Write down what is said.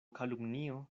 kalumnio